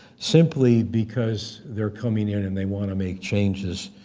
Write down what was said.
simply because they're coming in and they want to make changes